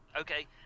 Okay